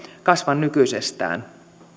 kasva nykyisestään